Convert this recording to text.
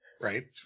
Right